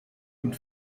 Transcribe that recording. und